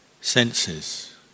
senses